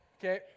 Okay